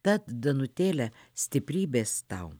tad danutėle stiprybės tau